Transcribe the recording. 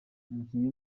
umukinnyi